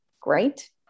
great